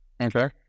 Okay